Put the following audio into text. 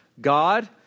God